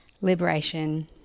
liberation